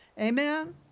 amen